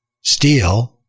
Steel